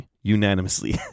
unanimously